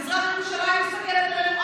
במזרח ירושלים מסתכלים עלינו,